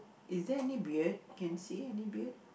is there any beard can see any beard